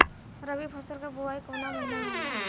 रबी फसल क बुवाई कवना महीना में होला?